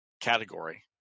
category